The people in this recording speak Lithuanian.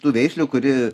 tų veislių kuri